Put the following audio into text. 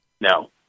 No